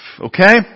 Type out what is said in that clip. Okay